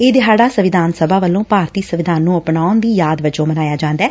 ਇਹ ਦਿਹਾੜਾ ਸੰਵਿਧਾਨ ਸਭਾ ਵੱਲੋਂ ਭਾਰਤੀ ਸੰਵਿਧਾਨ ਨੂੰ ਅਪਣਾਉਣ ਦੀ ਯਾਦ ਵਜੋਂ ਮਨਾਇਆ ਜਾਂਦੈ